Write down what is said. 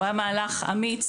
הוא היה מהלך אמיץ.